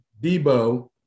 Debo